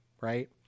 right